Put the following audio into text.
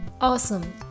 Awesome